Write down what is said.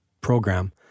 program